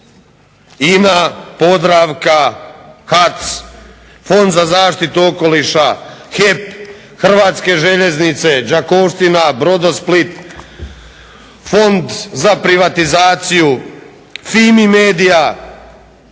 INA, Podravka, HAC, Fond za zaštitu okoliša, HEP, Hrvatske željeznice, Đakovština, Brodosplit, Fond za privatizaciju, FIMI MEDIA, doista što se